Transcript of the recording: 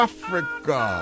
Africa